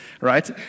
right